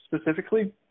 specifically